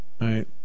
Right